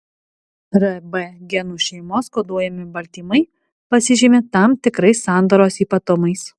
rb genų šeimos koduojami baltymai pasižymi tam tikrais sandaros ypatumais